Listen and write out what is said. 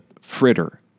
fritter